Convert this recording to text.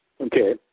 Okay